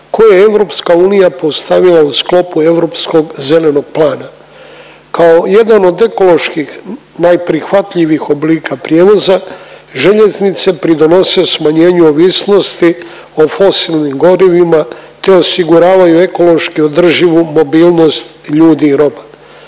koje je EU postavila u sklopu Europskog zelenog plana. Kao jedan od ekoloških najprihvatljivijih oblika prijevoza željeznice pridonose smanjenju ovisnosti o fosilnim gorivima te osiguravaju ekološki održivu mobilnost ljudi i roba.